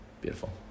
beautiful